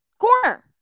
corner